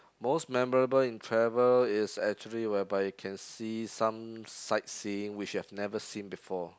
most memorable in travel is actually whereby you can see some sightseeing which you've never seen before